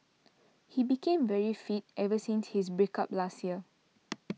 he became very fit ever since his break up last year